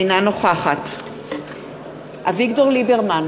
אינה נוכחת אביגדור ליברמן,